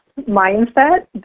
mindset